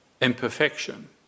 Imperfection